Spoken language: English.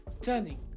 turning